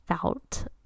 felt